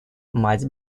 мать